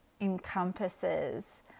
encompasses